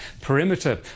perimeter